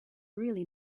really